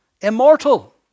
immortal